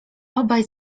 obaj